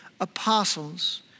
apostles